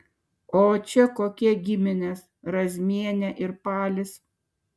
o čia kokie giminės razmienė ir palis